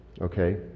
okay